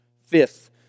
Fifth